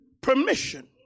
permission